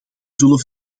zullen